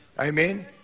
Amen